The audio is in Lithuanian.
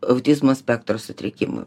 autizmo spektro sutrikimų